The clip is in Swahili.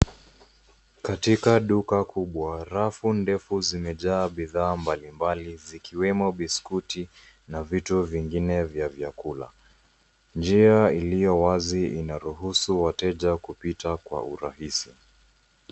Katika duka kubwa rafu ndefu zimejaa bidhaa mbalimbali zikiwemo biskuti na vitu vingine vya chakula. Njia iliyowazi inaruhusu wateja kupita kwa urahisi.